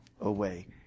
away